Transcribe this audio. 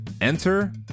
Enter